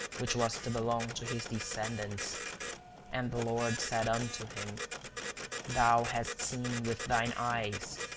which was to belong to his descendants and the lord said unto him thou hast seen with thine eyes,